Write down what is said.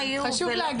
חשוב להגיד.